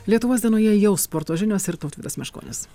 lietuvos dienoje jau sporto žinios ir tautvydas meškonis